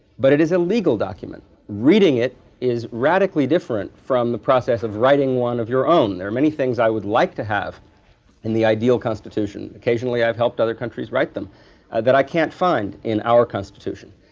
but it is a legal document. reading it is radically different from the process of writing one of your own. there are many things i would like to have in the ideal constitution. occasionally, i have helped other countries write them that i can't find in our constitution.